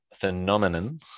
phenomenon